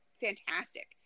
fantastic